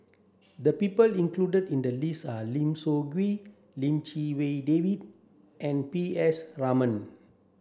the people included in the list are Lim Soo Ngee Lim Chee Wai David and P S Raman